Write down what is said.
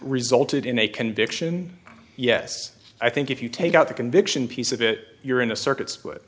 resulted in a conviction yes i think if you take out the conviction piece of it you're in a circu